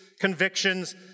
convictions